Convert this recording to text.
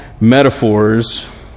metaphors